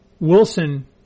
Wilson